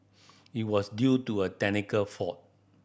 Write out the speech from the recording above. it was due to a technical fault